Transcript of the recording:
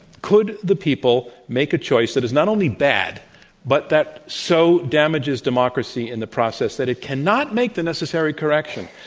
could the people make a choice that is not only bad but that so damages democracy in the process that it cannot make the necessary correction,